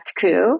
coup